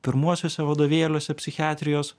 pirmuosiuose vadovėliuose psichiatrijos